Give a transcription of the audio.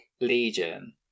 legion